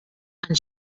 and